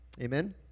Amen